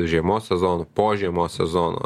žiemos sezonu po žiemos sezono